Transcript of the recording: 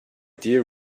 dear